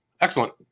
Excellent